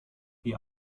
die